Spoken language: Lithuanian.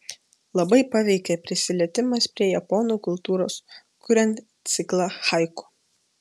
labai paveikė prisilietimas prie japonų kultūros kuriant ciklą haiku